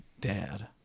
Dad